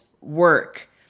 work